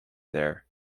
there